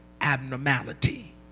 abnormality